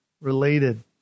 related